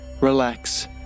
relax